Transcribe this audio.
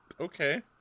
okay